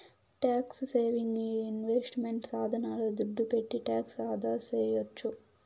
tax saving investment సాధనాల దుడ్డు పెట్టి టాక్స్ ఆదాసేయొచ్చు